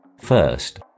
First